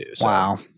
Wow